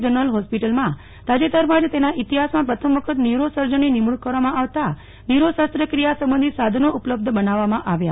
general હોસ્પિટલમાં તાજેતરમાં જ તેના ઈતિહાસમાં પ્રથમવખત ન્યુરોસર્જનની નિમણુક કરવામાં આવતા ન્યુરો શસ્ત્રક્રિયા સબંધી સાધનો ઉપલબ્ધ બનાવવામાં આવ્યા